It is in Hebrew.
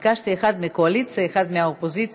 ביקשתי אחד מהקואליציה ואחד מהאופוזיציה.